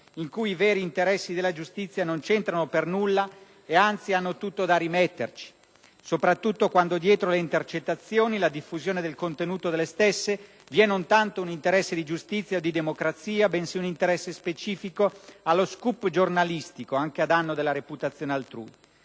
in cui i veri interessi della giustizia non c'entrano per nulla e, anzi, hanno tutto da rimetterci, soprattutto quando dietro le intercettazioni, e la diffusione del loro contenuto, vi è non tanto un interesse di giustizia o di democrazia, bensì un interesse specifico allo *scoop* giornalistico, anche a danno della reputazione altrui.